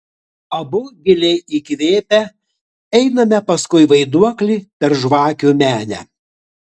abu giliai įkvėpę einame paskui vaiduoklį per žvakių menę